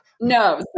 No